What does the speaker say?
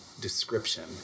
description